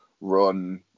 run